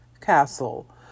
castle